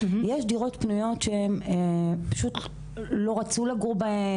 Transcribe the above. יש דירות פנויות שהן פשוט לא רצו לגור להן,